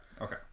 Okay